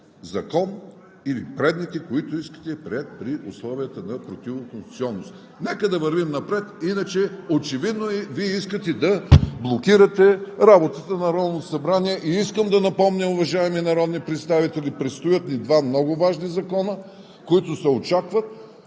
закон или предните, които искате, е приет при условията на противоконституционност. Нека да вървим напред, иначе е очевидно – Вие искате да блокирате работата на Народното събрание. Искам да напомня, уважаеми народни представители, предстоят ни два много важни закона, които се очакват